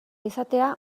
izatea